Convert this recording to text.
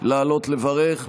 לעלות לברך.